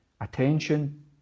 attention